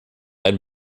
ein